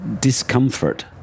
discomfort